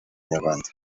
nyarwanda